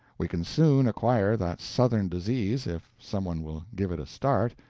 we can soon acquire that southern disease if some one will give it a start.